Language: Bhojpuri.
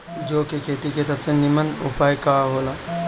जौ के खेती के सबसे नीमन उपाय का हो ला?